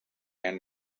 and